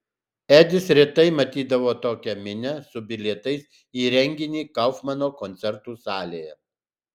edis retai matydavo tokią minią su bilietais į renginį kaufmano koncertų salėje